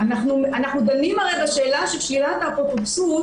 אנחנו דנים בשאלה של שלילת האפוטרופסות